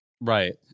right